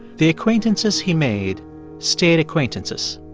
the acquaintances he made stayed acquaintances.